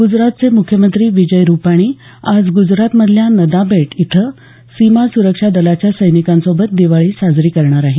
ग्जरातचे मुख्यमंत्री विजय रुपाणी आज ग्जरातमधल्या नदाबेट इथं सीमा सुरक्षा दलाच्या सैनिकांसोबत दिवाळी साजरी करणार आहेत